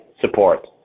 support